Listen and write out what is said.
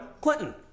Clinton